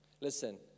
Listen